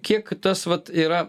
kiek tas vat yra